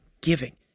giving